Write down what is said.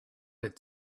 had